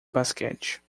basquete